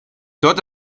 dort